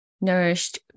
nourished